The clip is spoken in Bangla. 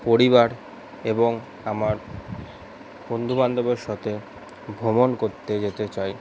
পরিবার এবং আমার বন্ধুবান্ধবের সাথে ভ্রমণ করতে যেতে চাই